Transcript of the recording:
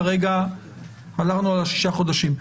כרגע הלכנו על שישה החודשים.